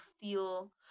feel